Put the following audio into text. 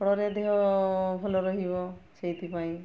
ଫଳରେ ଦେହ ଭଲ ରହିବ ସେଇଥିପାଇଁ